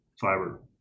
fiber